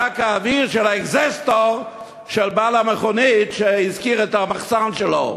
רק האוויר של האגזוסטר של בעל המכונית שהשכיר את המחסן שלו.